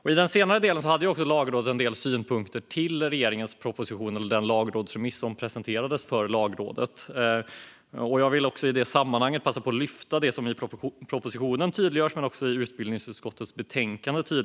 I den senare delen hade Lagrådet en del synpunkter på regeringens proposition eller den lagrådsremiss som presenterades för Lagrådet. Jag vill i det sammanhanget passa på att lyfta fram det som tydliggörs i propositionen och även i utbildningsutskottets betänkande.